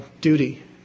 duty